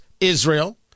Israel